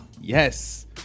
Yes